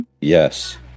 Yes